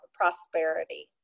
prosperity